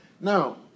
Now